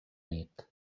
nit